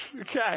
Okay